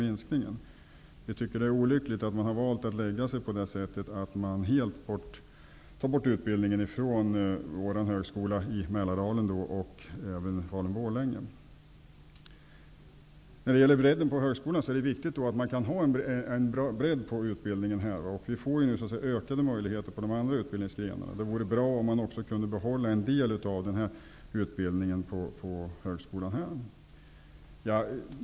Vi tycker att det är olyckligt att man valt att helt ta bort utbildningen från vår högskola i Mälardalen och även i Det är viktigt att man kan ha en bredd på utbildningen. Vi får nu ökade möjligheter på de andra utbildningsgrenarna. Det vore bra om man också kunde behålla en del av utbildningen på högskolan här.